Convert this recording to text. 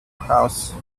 house